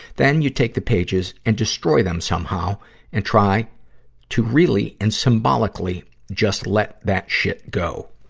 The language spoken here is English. then, you take the pages and destroy them somehow and try to really and symbolically just let that shit go.